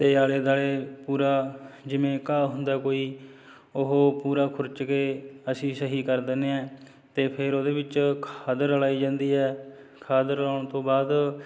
ਅਤੇ ਆਲੇ ਦੁਆਲੇ ਪੂਰਾ ਜਿਵੇਂ ਘਾਹ ਹੁੰਦਾ ਕੋਈ ਉਹ ਪੂਰਾ ਖੁਰਚ ਕੇ ਅਸੀਂ ਸਹੀ ਕਰ ਦਿੰਦੇ ਹਾਂ ਅਤੇ ਫਿਰ ਉਹਦੇ ਵਿੱਚ ਖਾਦ ਰਲਾਈ ਜਾਂਦੀ ਹੈ ਖਾਦ ਰਲਾਉਣ ਤੋਂ ਬਾਅਦ